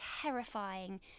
terrifying